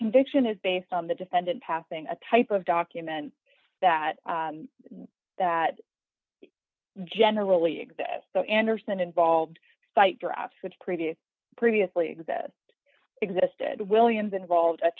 conviction is based on the defendant pathing a type of document that that generally exist though anderson involved site drafts which previous previously that existed williams involved